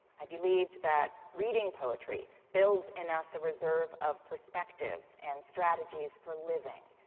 i believed that reading poetry builds in us a reserve of perspectives and strategies for living.